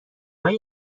های